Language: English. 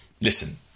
Listen